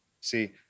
see